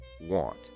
want